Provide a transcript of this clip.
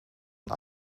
een